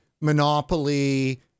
monopoly